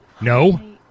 No